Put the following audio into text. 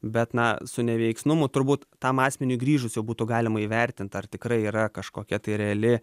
bet na su neveiksnumu turbūt tam asmeniui grįžus jau būtų galima įvertint ar tikrai yra kažkokia tai reali